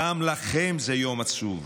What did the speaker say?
גם לכם זה יום עצוב,